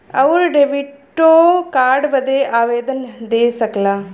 आउर डेबिटो कार्ड बदे आवेदन दे सकला